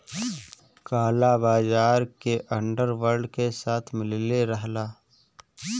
काला बाजार के अंडर वर्ल्ड के साथ मिलले रहला